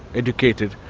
educated,